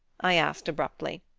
i asked abruptly.